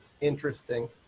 interesting